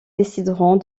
décideront